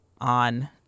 on